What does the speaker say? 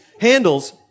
Handles